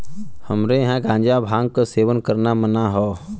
हमरे यहां गांजा भांग क सेवन करना मना हौ